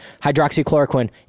Hydroxychloroquine